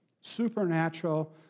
supernatural